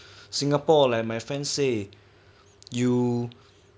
singapore like my friend say you